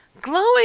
Glowing